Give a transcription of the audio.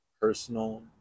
personal